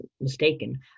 mistaken